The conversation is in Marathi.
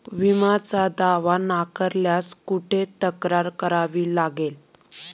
विम्याचा दावा नाकारल्यास कुठे तक्रार करावी लागेल?